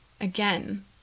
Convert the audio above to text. Again